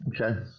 Okay